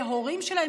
להורים שלהם,